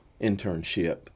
internship